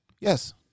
yes